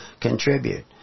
contribute